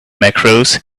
macros